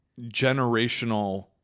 generational